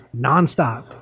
nonstop